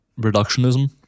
reductionism